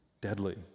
deadly